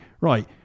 right